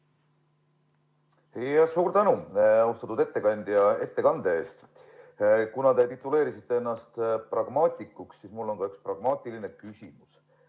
austatud ettekandja, ettekande eest! Kuna te tituleerisite ennast pragmaatikuks, siis mul on ka üks pragmaatiline küsimus.